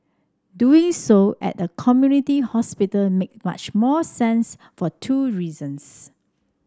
doing so at a community hospital make much more sense for two reasons